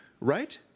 right